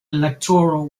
electoral